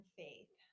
faith